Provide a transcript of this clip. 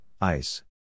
ice